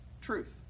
truth